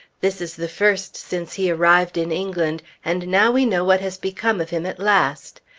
this is the first since he arrived in england, and now we know what has become of him at last.